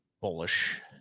bullish